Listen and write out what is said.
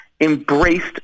embraced